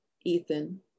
Ethan